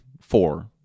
Four